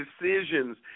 decisions